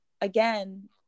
again